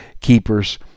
Keeper's